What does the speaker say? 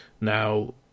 Now